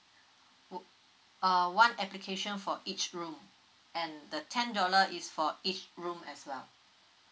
wo~ uh one application for each room and the ten dollar is for each room as well